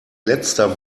letzter